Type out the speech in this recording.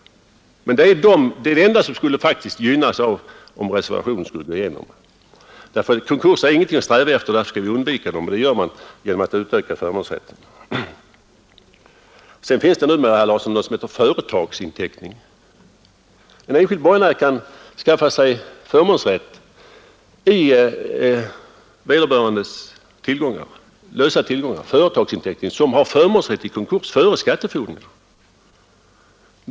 Men de är de enda som faktiskt skulle gynnas, om reservationen skulle gå igenom. Konkurser är ingenting att sträva efter, och därför skall vi undvika dem, och det gör man genom att utöka förmånsrätten. Vidare finns det, herr Larsson, någonting som heter företagsinteckning. En enskild borgenär kan skaffa sig förmånsrätt i vederbörandes lösa tillgångar, företagsinteckning, som har förmånsrätt i konkurs före skattefordringar.